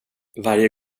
varje